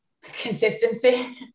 Consistency